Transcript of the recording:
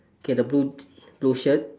okay the blue j~ blue shirt